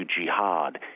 jihad